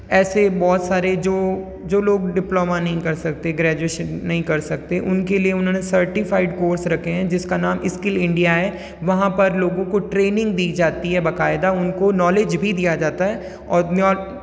ऐसे बहौत सारे जो जो लोग डिप्लोमा नहीं कर सकते ग्रैजूएशन नहीं कर सकते उनके लिए उन्होंने सर्टिफ़ाइड कोर्स रखे हैं जिसका नाम स्किल इंडिया है वहाँ पर लोगों को ट्रेनिंग दी जाती है बकायदा उनको नोलिज भी दिया जाता है और नयौट